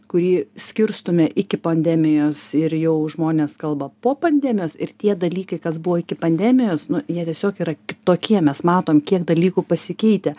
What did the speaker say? kurį skirstome iki pandemijos ir jau žmonės kalba po pandemijos ir tie dalykai kas buvo iki pandemijos nu jie tiesiog yra kitokie mes matom kiek dalykų pasikeitę